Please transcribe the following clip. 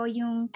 yung